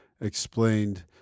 explained